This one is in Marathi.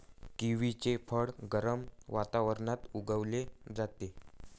किवीचे फळ गरम वातावरणात उगवले जाते